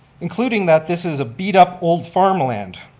including that this is a beat up old farmland.